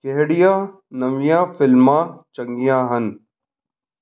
ਕਿਹੜੀਆਂ ਨਵੀਆਂ ਫਿਲਮਾਂ ਚੰਗੀਆਂ ਹਨ